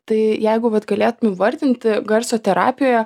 tai jeigu vat galėtum įvardinti garso terapijoje